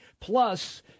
plus